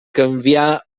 canvià